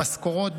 במשכורות,